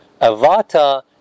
Avata